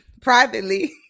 privately